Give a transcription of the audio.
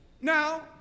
Now